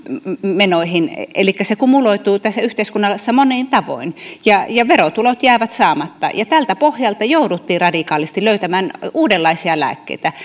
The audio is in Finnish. menoihin elikkä se kumuloituu tässä yhteiskunnassa monin tavoin ja ja verotulot jäävät saamatta tältä pohjalta jouduttiin radikaalisti löytämään uudenlaisia lääkkeitä